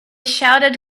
shouted